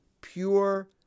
pure